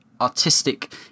artistic